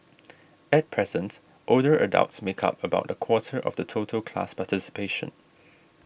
at present older adults make up about a quarter of the total class participation